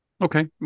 Okay